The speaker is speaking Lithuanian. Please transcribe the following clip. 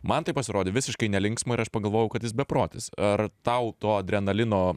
man tai pasirodė visiškai nelinksma ir aš pagalvojau kad jis beprotis ar tau to adrenalino